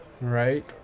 Right